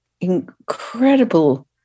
incredible